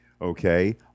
Okay